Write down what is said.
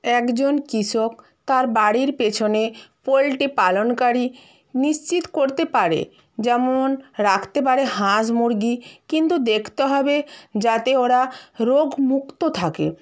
একজন কৃষক তার বাড়ির পেছনে পোল্ট্রি পালনকারী নিশ্চিত করতে পারে যেমন রাখতে পারে হাঁস মুরগি কিন্তু দেখতে হবে যাতে ওরা রোগ মুক্ত থাকে